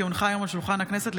כי הונחה היום על שולחן הכנסת,